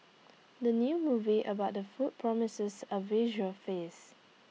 the new movie about the food promises A visual feast